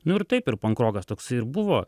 nu ir taip ir pankrokas toksai ir buvo